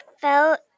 felt